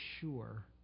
sure